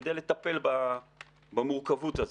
כדי לטפל במורכבות הזאת.